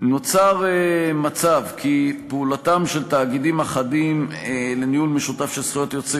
נוצר מצב שפעולתם של תאגידים אחדים לניהול משותף של זכויות יוצרים,